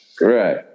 Right